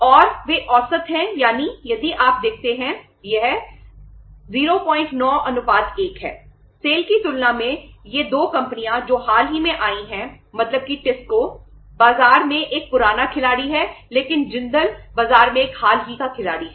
और वे औसत हैं यानी यदि आप देखते हैं यह 09 1 है